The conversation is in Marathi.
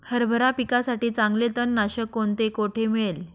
हरभरा पिकासाठी चांगले तणनाशक कोणते, कोठे मिळेल?